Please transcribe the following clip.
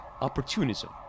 opportunism